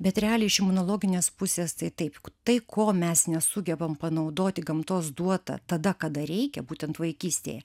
bet realiai iš imunologinės pusės tai taip tai ko mes nesugebam panaudoti gamtos duota tada kada reikia būtent vaikystėje